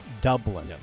Dublin